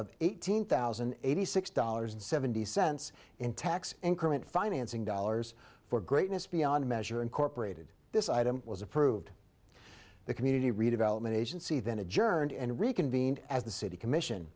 of eighteen thousand and eighty six dollars and seventy cents in tax increment financing dollars for greatness beyond measure incorporated this item was approved the community redevelopment agency then adjourned and reconvene as the city commission